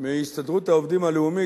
מהסתדרות העובדים הלאומית,